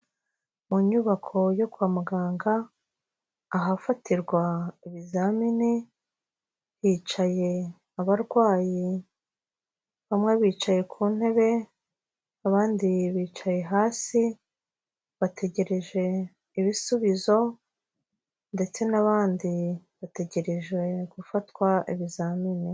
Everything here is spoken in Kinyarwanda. Mu nyubako yo kwa muganga, ahafatirwa ibizamini, hicaye abarwayi bamwe bicaye ku ntebe, abandi bicaye hasi, bategereje ibisubizo ndetse n'abandi bategereje gufatwa ibizamini.